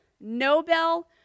Nobel